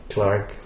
Clark